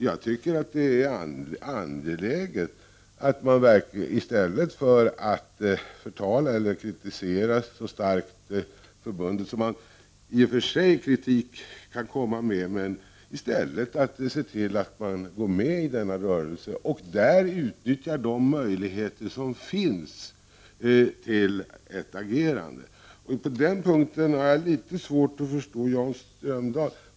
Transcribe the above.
Jag tycker att det är angeläget att man i stället för att förtala eller starkt kritisera förbundet — låt vara att man kan framföra kritik — går med i den rörelsen och där utnyttjar de möjligheter som finns att agera. På den punkten har jag litet svårt att förstå Jan Strömdahl.